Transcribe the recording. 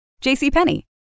JCPenney